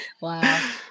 wow